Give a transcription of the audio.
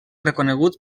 reconegut